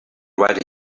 write